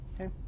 Okay